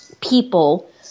people